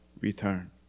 return